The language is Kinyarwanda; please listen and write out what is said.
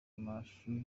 amashuri